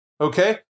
Okay